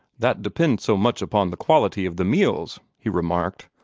that depends so much upon the quality of the meals! he remarked,